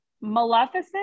Maleficent